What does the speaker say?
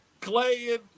Clay